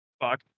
Fuck